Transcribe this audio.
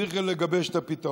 צריך כאן לגבש את הפתרון.